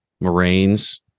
Moraine's